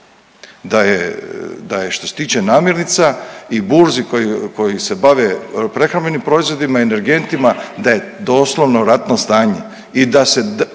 da je što se tiče namirnica i burzi koji, koji se bave prehrambenim proizvodima i energentima da je doslovno ratno stanje